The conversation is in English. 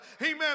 Amen